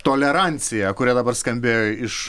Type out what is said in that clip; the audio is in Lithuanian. toleranciją kuri dabar skambėjo iš